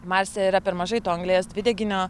marse yra per mažai anglies dvideginio